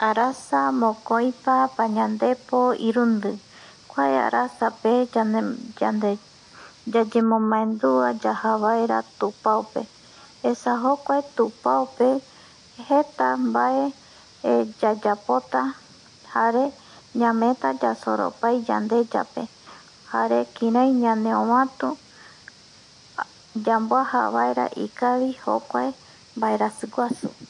Arasa mokoipa pañandepo irundi, kua arasa pe yande yayemo mandua yaja vaera tupau esa jokua tupau pe jeta vae yayapota jare yameta yasoropai yandeyape jare kirei ñaneovati yambuaja vaera ikavi jokua vaerasi guasu